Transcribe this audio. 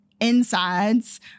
insides